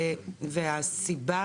והסיבה,